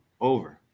over